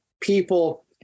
people